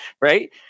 right